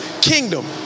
kingdom